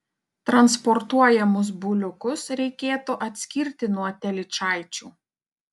transportuojamus buliukus reikėtų atskirti nuo telyčaičių